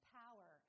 power